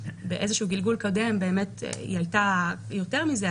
באיזה שהוא גלגול קודם היא עלתה יותר מזה,